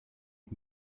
had